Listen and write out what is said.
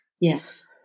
Yes